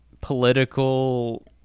political